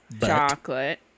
Chocolate